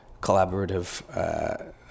collaborative